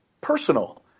personal